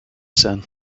sun